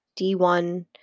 D1